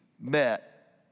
met